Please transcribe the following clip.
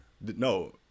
No